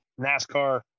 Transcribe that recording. NASCAR